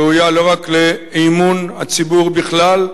ראויה לא רק לאמון הציבור בכלל,